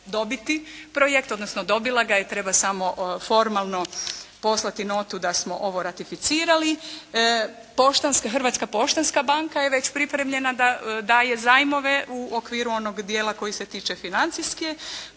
dobiti projekt odnosno dobila ga je. Treba samo formalno poslati notu da smo ovo ratificirali. Poštanska, Hrvatska poštanska banka je već pripremljena da daje zajmove u okviru onog dijela koji se tiče financijske potpore